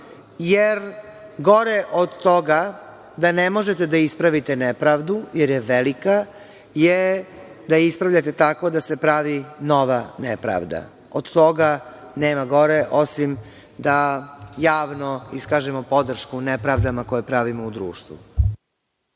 jer gore od toga da ne možete da ispravite nepravdu jer je velika je da ispravljate tako da se pravi nova nepravda. Od toga nema gore osim da javno iskažemo podršku nepravdama koje pravimo u društvu.